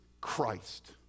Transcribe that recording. Christ